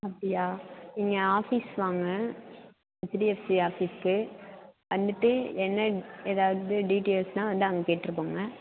அப்படியா நீங்கள் ஆஃபீஸ் வாங்க ஹெச்டிஎப்சி ஆஃபீஸ்க்கு வந்துவிட்டு என்ன எதாவது டீடைல்ஸ்னா வந்து அங்கே கேட்டு போங்க